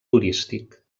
turístic